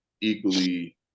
equally